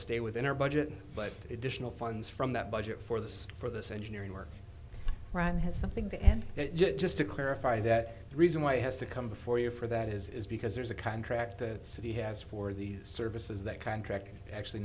stay within our budget but additional funds from that budget for this for this engineering work run has something to and yet just to clarify that the reason why has to come before you for that is because there's a contract that city has for these services that contract actually